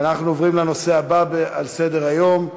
אנחנו עוברים לנושא הבא על סדר-היום.